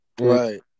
Right